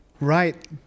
Right